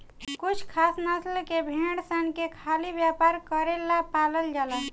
कुछ खास नस्ल के भेड़ सन के खाली व्यापार करेला पालल जाला